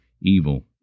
evil